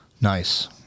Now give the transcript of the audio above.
Nice